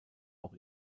auch